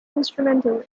instrumental